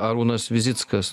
arūnas vizickas